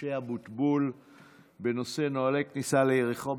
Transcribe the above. משה אבוטבול בנושא נוהלי כניסה ליריחו,